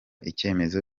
icyemezo